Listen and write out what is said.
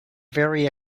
very